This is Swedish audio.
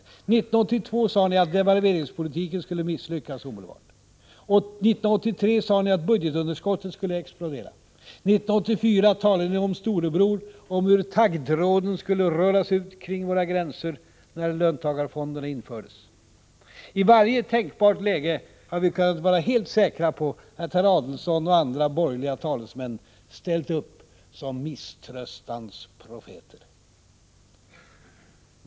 1982 sade ni att devalveringspolitiken skulle misslyckas omedelbart. 1983 sade ni att budgetunderskottet skulle explodera. 1984 talade ni om Storebror och om hur taggtråden skulle rullas ut kring våra gränser när löntagarfonderna infördes. I varje tänkbart läge har vi kunnat vara helt säkra på att herr Adelsohn och andra borgerliga talesmän ställt upp som misströstans profeter.